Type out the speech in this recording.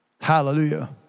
Hallelujah